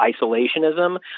isolationism